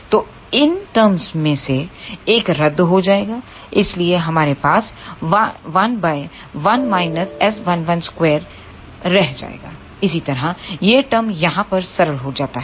तो इन टर्मस में से एक रद्द हो जाएगा इसलिए हमारे पास 1 रह जाएंगा इसी तरह यह टर्म यहां पर सरल हो जाता है